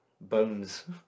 Bones